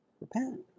repent